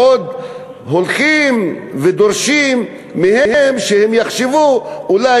עוד הולכים ודורשים מהם שהם יחשבו אולי